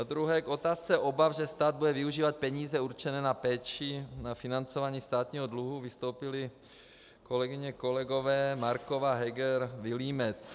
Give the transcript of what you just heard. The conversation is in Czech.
Za druhé, k otázce obav, že stát bude využívat peníze určené na péči na financování státního dluhu, vystoupili kolegové Marková, Heger, Vilímec.